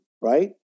right